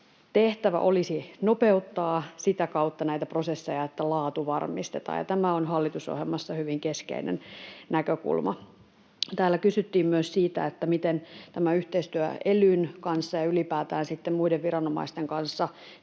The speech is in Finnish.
tehtävä olisi nopeuttaa sitä kautta näitä prosesseja, että laatu varmistetaan, ja tämä on hallitusohjelmassa hyvin keskeinen näkökulma. Täällä kysyttiin myös, miten yhteistyö elyn kanssa ja ylipäätään muiden viranomaisten kanssa